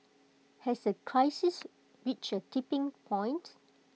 has the crisis reached A tipping point